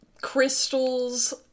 crystals